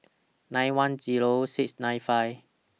nine one Zero six nine five